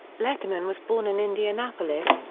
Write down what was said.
letterman was born in indianapolis,